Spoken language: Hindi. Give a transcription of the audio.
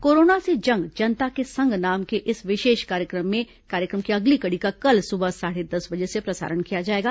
कोरोना से जंग जनता के संग नाम के इस विशेष कार्यक्रम की अगली कड़ी का कल सुबह साढ़े दस बजे से प्रसारण किया जाएगा